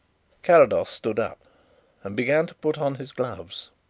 carrados stood up and began to put on his gloves.